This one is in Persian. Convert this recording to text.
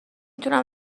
تونم